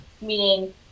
meaning